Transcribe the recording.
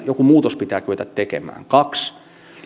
joku muutos pitää kyetä tekemään kaksi